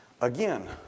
Again